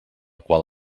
qual